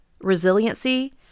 resiliency